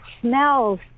smells